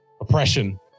oppression